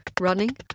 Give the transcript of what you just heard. running